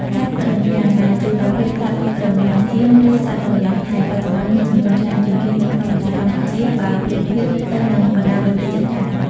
សត្វរមាំងដែលជាប្រភេទ សត្វរមាំងសៀម ឬសត្វរមាំងថៃ បច្ចុប្បន្នមានចំនួនច្រើនជាងគេនៅក្នុងប្រទេសកម្ពុជា បើប្រៀបធៀបទៅនឹងបណ្តាប្រទេសជិតខាង។